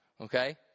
okay